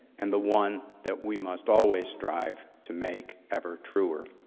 and the one that we must always strive to make ever truer.